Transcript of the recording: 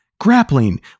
Grappling